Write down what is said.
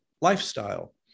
lifestyle